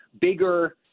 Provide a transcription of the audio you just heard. bigger